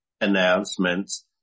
announcements